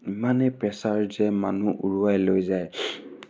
ইমানে প্ৰেচাৰ যে মানুহ উৰুৱাই লৈ যায়